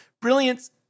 Brilliance